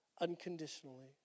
unconditionally